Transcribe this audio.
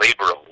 labor